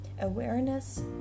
awareness